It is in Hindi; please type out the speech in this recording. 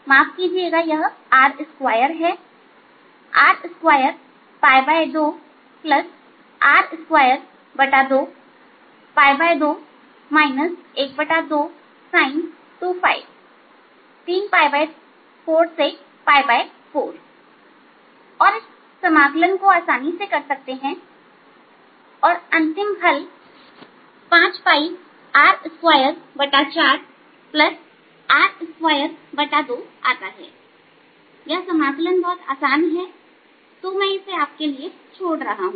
माफ कीजिएगा यहR2 है R22R222 12 sin2 34 से 4 और इस समाकलन को आसानी से कर सकते हैं और आपका अंतिम हल 5R24R22आता है यह समाकलन बहुत आसान है तो इसे मैं आपके लिए छोड़ रहा हूं